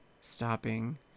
Stopping